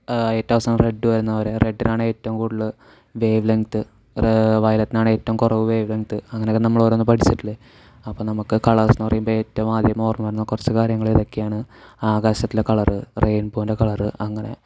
ഏറ്റവും അവസാനം റെഡ് വരുന്നത് പോലെ റെഡ്ഡിനാണ് ഏറ്റവും കൂടുതൽ വേവ്ലെങ്ത്ത് വയലറ്റിനാണ് ഏറ്റവും കുറവ് വേവ്ലെങ്ത്ത് അങ്ങനെയൊക്കെ നമ്മൾ ഓരോന്ന് പഠിച്ചിട്ടില്ലേ അപ്പോൾ നമുക്ക് കളേഴ്സ് എന്ന് പറയുമ്പോൾ ഏറ്റവും ആദ്യം ഓർമ്മ വരുന്ന കുറച്ച് കാര്യങ്ങൾ ഇതൊക്കെയാണ് ആകാശത്തിലെ കളർ റെയിൻബോൻറെ കളർ അങ്ങനെ